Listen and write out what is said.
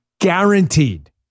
Guaranteed